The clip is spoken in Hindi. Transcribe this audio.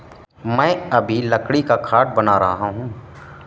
मैं अभी लकड़ी का खाट बना रहा हूं